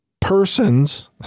persons